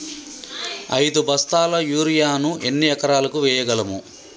ఐదు బస్తాల యూరియా ను ఎన్ని ఎకరాలకు వేయగలము?